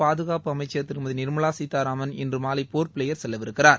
பாதுகாப்பு அமைச்ச் திருமதி நிர்மலா கீதாராமன் இன்று மாலை போர்ட்பிளேர் செல்லவிருக்கிறார்